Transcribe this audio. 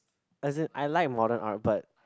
as in I like modern art but